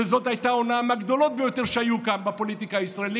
שזו הייתה ההונאה מהגדולות ביותר שהיו כאן בפוליטיקה הישראלית,